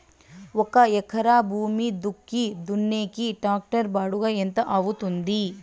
ఒక ఎకరా భూమి దుక్కి దున్నేకి టాక్టర్ బాడుగ ఎంత అవుతుంది?